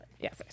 yes